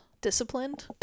disciplined